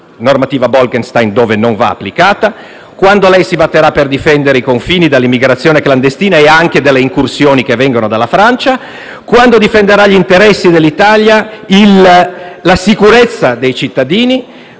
direttiva Bolkestein dove non va applicata; quando si batterà per difendere i confini dall'immigrazione clandestina e anche dalle incursioni che vengono dalla Francia; quando difenderà gli interessi dell'Italia e la sicurezza dei cittadini;